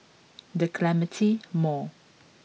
The Clementi Mall